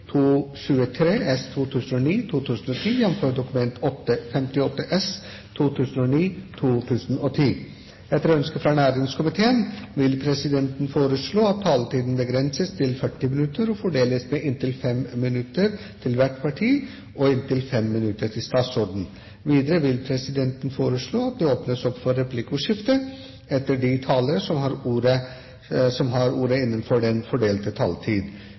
fordeles med inntil 5 minutter til hvert parti og inntil 5 minutter til statsråden. Videre vil presidenten foreslå at det åpnes for replikkordskifte etter de talere som har ordet innenfor den fordelte taletid. Videre blir det foreslått at de som måtte tegne seg på talerlisten utover den fordelte taletid,